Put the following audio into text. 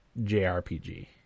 JRPG